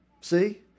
See